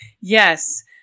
Yes